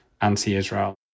anti-Israel